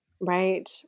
Right